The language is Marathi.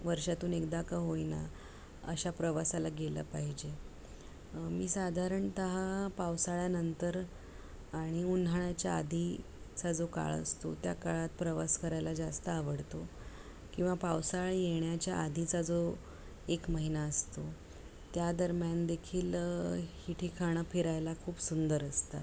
वर्षातून एकदा का होईना अशा प्रवासाला गेला पाहिजे मी साधारणतः पावसाळ्यानंतर आणि उन्हाळ्याच्या आधीचा जो काळ असतो त्या काळात प्रवास करायला जास्त आवडतो किंवा पावसाळ येण्याच्या आधीचा जो एक महिना असतो त्या दरम्यानदेखील ही ठिकाणं फिरायला खूप सुंदर असतात